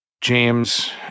James